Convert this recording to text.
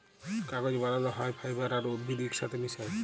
কাগজ বালাল হ্যয় ফাইবার আর উদ্ভিদ ইকসাথে মিশায়